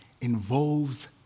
involves